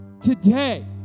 today